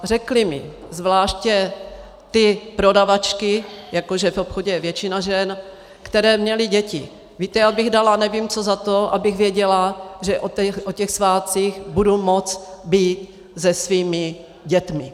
Řekli mi, zvláště ty prodavačky, jako že v obchodě je většina žen, které měly děti: Víte, já bych dala nevím co za to, abych věděla, že o těch svátcích budu moci být se svými dětmi.